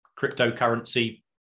cryptocurrency